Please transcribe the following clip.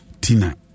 Tina